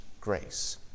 grace